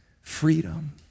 freedom